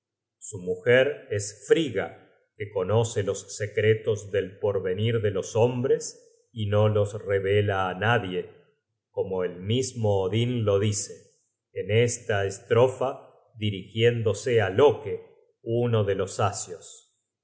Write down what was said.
su mujer es frigga que conoce los secretos del porvenir de los hombres y no los revela á nadie como el mismo odin lo dice en esta estrofa dirigiéndose á loke uno de los asios